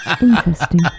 Interesting